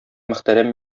мөхтәрәм